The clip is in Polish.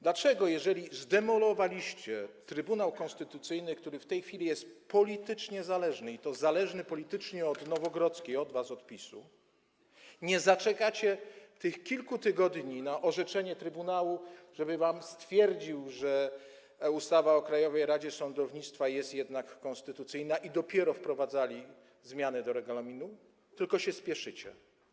Dlaczego jeżeli zdemolowaliście Trybunał Konstytucyjny, który w tej chwili jest politycznie zależny, i to zależny politycznie od Nowogrodzkiej, od was, od PiS-u, nie zaczekacie tych kilku tygodni na orzeczenie trybunału, który wam stwierdzi, że ustawa o Krajowej Radzie Sądownictwa jest jednak konstytucyjna, by dopiero wtedy wprowadzić zmiany regulaminu, tylko się spieszycie?